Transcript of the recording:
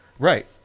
Right